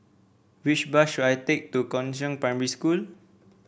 which bus should I take to Chongzheng Primary School